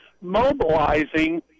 mobilizing